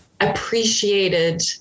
appreciated